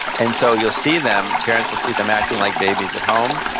and so you'll see them, parents will see them acting like babies at home,